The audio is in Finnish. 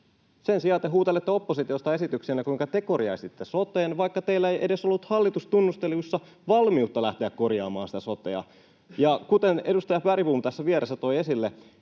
Sen sijaan te huutelette oppositiosta esityksiänne, kuinka te korjaisitte soten, vaikka teillä ei edes ollut hallitustunnusteluissa valmiutta lähteä korjaamaan sitä sotea. Ja kuten edustaja Bergbom tässä vieressä toi esille,